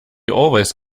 always